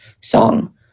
song